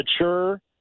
mature